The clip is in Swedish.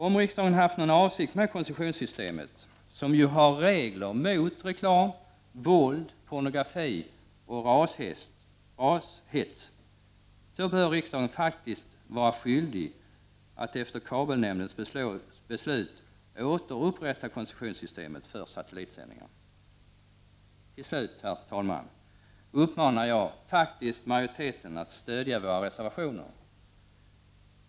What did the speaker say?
Om riksdagen haft någon avsikt med koncessionssystemet som ju har regler mot reklam, våld, pornografi och rashets, så bör riksdagen faktiskt vara skyldig att efter kabelnämndens beslut återupprätta koncessionssystemet för satellitsändningar. Till slut herr talman uppmanar jag faktiskt majoriteten att stödja våra reservationer.